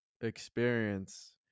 experience